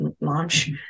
Launch